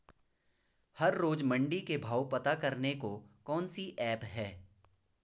हर रोज़ मंडी के भाव पता करने को कौन सी ऐप है?